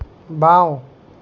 বাঁও